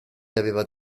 aveva